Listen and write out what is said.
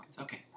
Okay